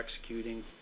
executing